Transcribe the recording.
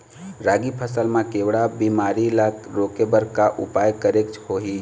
रागी फसल मा केवड़ा बीमारी ला रोके बर का उपाय करेक होही?